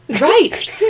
Right